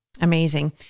Amazing